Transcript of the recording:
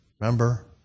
Remember